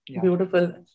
Beautiful